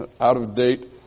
out-of-date